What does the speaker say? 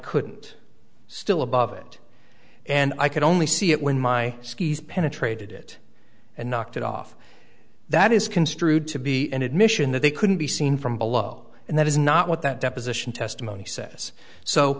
couldn't still above it and i could only see it when my skis penetrated it and knocked it off that is construed to be an admission that they couldn't be seen from below and that is not what that deposition testimony says so